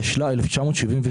התשל"ה-1974,